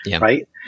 right